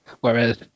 Whereas